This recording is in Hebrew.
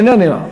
איננה,